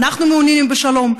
אנחנו מעוניינים בשלום,